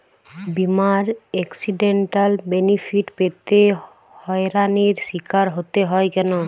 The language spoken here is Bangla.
বিমার এক্সিডেন্টাল বেনিফিট পেতে হয়রানির স্বীকার হতে হয় কেন?